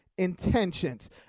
intentions